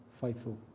faithful